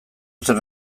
zen